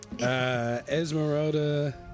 Esmeralda